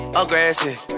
aggressive